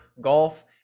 golf